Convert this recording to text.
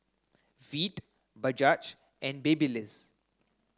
Veet Bajaj and Babyliss